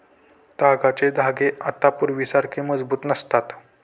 तागाचे धागे आता पूर्वीसारखे मजबूत नसतात